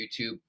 YouTube